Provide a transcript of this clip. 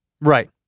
Right